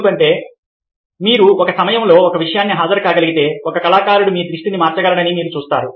ఎందుకంటే మీరు ఒక సమయంలో ఒక విషయానికి హాజరు కాగలిగితే ఒక కళాకారుడు మీ దృష్టిని మార్చగలడని మీరు చూస్తారు